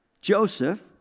Joseph